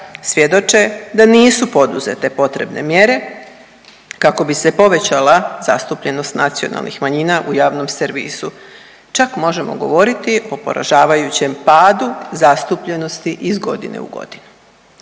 svjedoče da nisu poduzete potrebne mjere kako bi se povećala zastupljenost nacionalnih manjina u javnom servisu. Čak možemo govoriti o poražavajućem padu zastupljenosti iz godine u godinu.